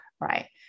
right